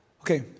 Okay